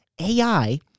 AI